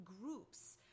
groups